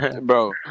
Bro